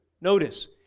Notice